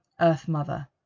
Earth-mother